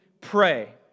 pray